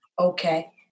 Okay